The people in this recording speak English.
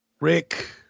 Rick